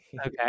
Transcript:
okay